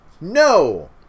No